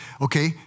Okay